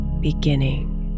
beginning